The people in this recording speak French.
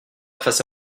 face